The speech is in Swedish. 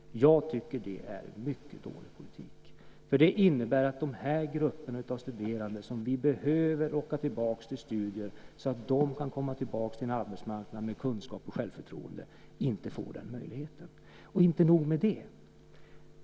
Jag tycker att det är en mycket dålig politik. Det innebär att dessa grupper av studerande, som vi behöver locka tillbaka till studier så att de kan komma tillbaka till en arbetsmarknad med kunskaper och självförtroende, inte får den möjligheten. Och inte nog med det!